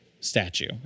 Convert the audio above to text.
statue